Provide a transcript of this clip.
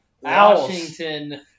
Washington